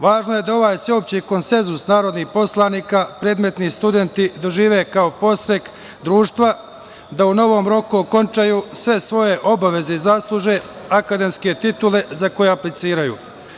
Važno je da ovaj sveopšti konsenzus narodnih poslanika predmetni studenti dožive kao podstrek društva da u novom roku okončaju sve svoje obaveze i zasluže akademske titule za koje apliciraju.